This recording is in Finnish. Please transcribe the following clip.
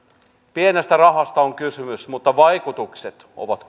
pienestä rahasta on kysymys mutta vaikutukset ovat